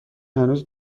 هنوز